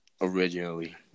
originally